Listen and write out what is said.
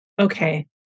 okay